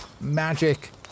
magic